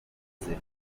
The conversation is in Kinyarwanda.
uze